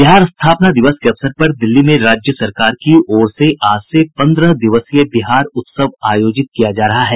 बिहार स्थापना दिवस के अवसर पर दिल्ली में राज्य सरकार की ओर से आज से पन्द्रह दिवसीय बिहार उत्सव आयोजित किया जा रहा है